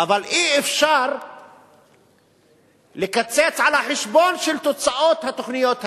אבל אי-אפשר לקצץ על חשבון התוצאות של התוכניות האלה,